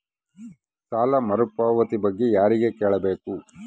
ಸಾಲ ಮರುಪಾವತಿ ಬಗ್ಗೆ ಯಾರಿಗೆ ಕೇಳಬೇಕು?